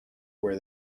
were